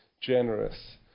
generous